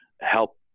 help